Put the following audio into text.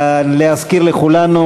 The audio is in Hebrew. להזכיר לכולנו,